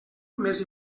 més